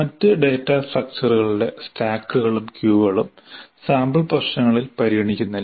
മറ്റ് ഡാറ്റാ സ്ട്രക്ചറുകളുടെ സ്റ്റാക്കുകളും ക്യൂകളും സാമ്പിൾ പ്രശ്നങ്ങളിൽ പരിഗണിക്കുന്നില്ല